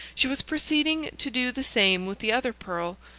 she was proceeding to do the same with the other pearl,